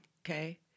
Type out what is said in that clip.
Okay